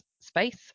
space